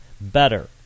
better